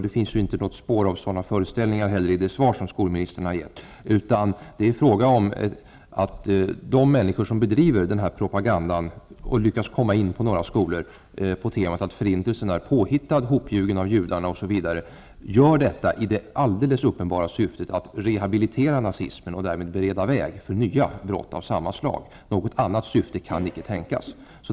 Det finns inte heller i det svar som skolministern har givit något spår av sådana föreställningar, utan det är fråga om att de människor som bedri ver denna progaganda och lyckats komma in på några skolor på temat att förintelsen är påhittad, hopljugen av judarna, gör detta i det alldeles up penbara syftet att rehabilitera nazismen och där med bereda väg för nya brott av samma slag. Nå got annat syfte kan inte tänkas.